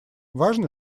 важно